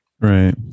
right